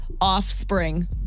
offspring